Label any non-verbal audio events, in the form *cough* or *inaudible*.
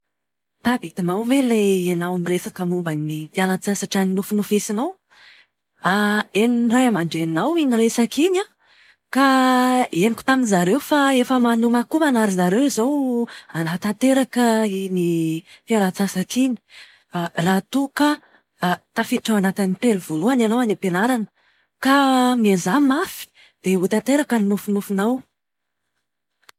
Tadidinao ve ilay ianao niresaka momba ny fialan-tsasatra nofinofinofisinao? *hesitation* henon'ny ray aman-dreninao iny resaka iny an, ka henoko tamin-dry zareo fa efa manomankomana ry zareo izao hanatanteraka iny fialan-tsasatra iny. Raha toa ka *hesitation* tafiditra ao anatin'ny telo voalohany ianao any am-pianarana. Ka miezaha mafy dia hotanteraka ny nofinofinao.